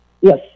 yes